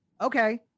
okay